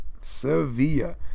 sevilla